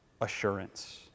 assurance